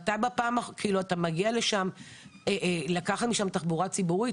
אתה מגיע לשם לקחת משם תחבורה ציבורית?